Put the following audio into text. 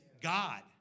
God